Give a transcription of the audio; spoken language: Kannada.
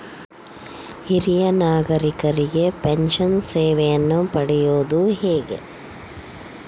ಹಿರಿಯ ನಾಗರಿಕರಿಗೆ ಪೆನ್ಷನ್ ಸೇವೆಯನ್ನು ಪಡೆಯುವುದು ಹೇಗೆ?